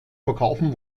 verkaufen